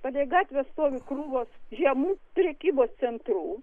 palei gatvę stovi krūvos žemų prekybos centrų